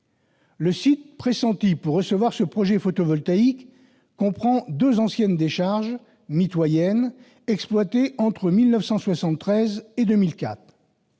Le site pressenti pour recevoir ce projet photovoltaïque comprend deux anciennes décharges mitoyennes, exploitées entre 1973 et 2004.